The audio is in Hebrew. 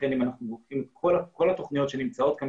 כל התוכניות שנמצאות כאן,